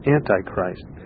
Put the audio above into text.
Antichrist